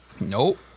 Nope